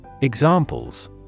Examples